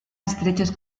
estrechos